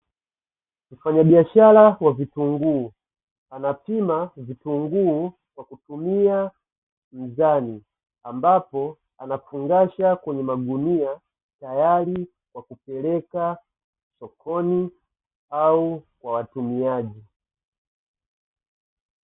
Mfanyabiashara wa vitunguu anapima vitunguu kwa kutumia mzani ambapo anafungasha kwenye magunia tayari kwa kupeleka sokoni au kwa watumiaji.